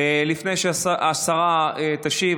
לפני שהשרה תשיב,